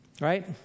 Right